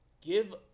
give